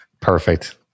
Perfect